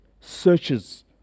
searches